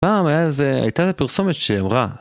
פעם הייתה זו פרסומת שאמרה.